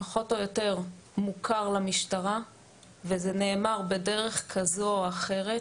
פחות או יותר מוכר למשטרה וזה נאמר בדרך כזו או אחרת.